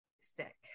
sick